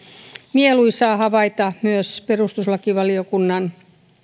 mieluisaa havaita myös perustuslakivaliokunnan